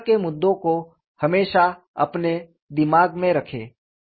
इस तरह के मुद्दों को हमेशा अपने दिमाग में रखें